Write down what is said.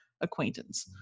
acquaintance